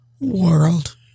world